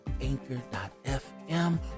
anchor.fm